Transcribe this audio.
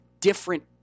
different